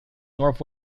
north